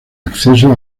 acceso